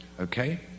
Okay